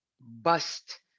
Bust